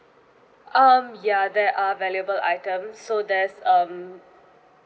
um ya there are valuable items so there's um